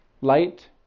Light